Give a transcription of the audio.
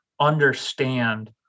understand